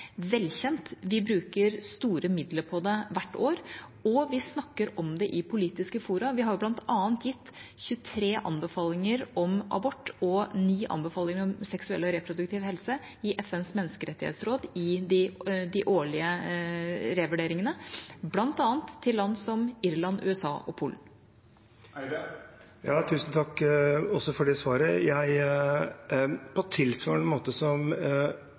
velkjent. Vi bruker store midler på det hvert år, og vi snakker om det i politiske fora. Vi har bl.a. gitt 23 anbefalinger om abort og 9 anbefalinger om seksuell og reproduktiv helse i FNs menneskerettighetsråd i de årlige revurderingene, bl.a. til land som Irland, USA og Polen. Tusen takk også for det svaret. På tilsvarende måte som